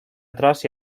atrás